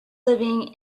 living